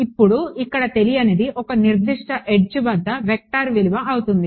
ఇప్పుడు ఇక్కడ తెలియనిది ఒక నిర్దిష్ట ఎడ్జ్ వెంట వెక్టార్ విలువ అవుతుంది